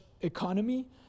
economy